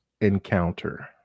encounter